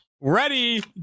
Ready